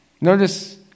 Notice